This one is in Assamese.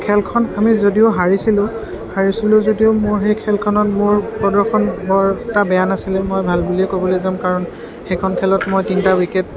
খেলখন আমি যদিও হাৰিছিলোঁ হাৰিছিলোঁ যদিও মোৰ সেই খেলখনত মোৰ প্ৰদৰ্শন বৰ এটা বেয়া নাছিলে মই ভাল বুলিয়ে ক'বলৈ যাম কাৰণ সেইখন খেলত মই তিনিটা উইকেট